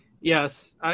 Yes